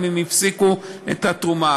הן הפסיקו את התרומה.